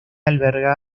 alberga